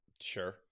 Sure